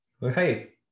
Hey